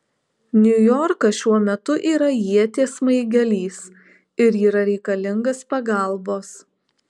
niujorkas šiuo metu yra ieties smaigalys ir yra reikalingas pagalbos